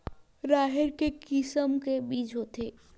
राहेर के किसम के बीज होथे?